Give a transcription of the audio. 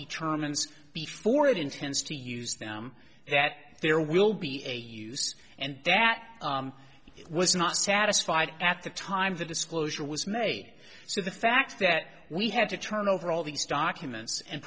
determines before it intends to use them that there will be a use and that it was not satisfied at the time the disclosure was made so the fact that we had to turn over all these documents and